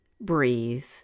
breathe